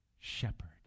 shepherd